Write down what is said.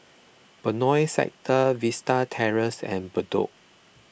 Benoi Sector Vista Terrace and Bedok